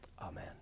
amen